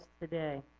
today